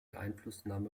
einflussnahme